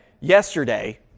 yesterday